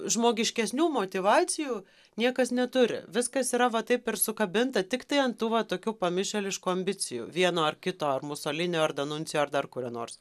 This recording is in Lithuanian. žmogiškesnių motyvacijų niekas neturi viskas yra va taip ir sukabinta tiktai ant tų va tokių pamišėliškų ambicijų vieno ar kito ar musolinio ar danuncijo ar dar kurio nors